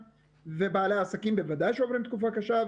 ובעלי העסקים בוודאי שעוברים תקופה קשה,